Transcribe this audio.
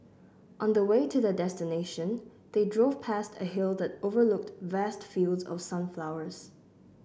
on the way to their destination they drove past a hill that overlooked vast fields of sunflowers